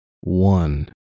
One